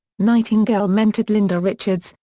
nightingale mentored linda richards,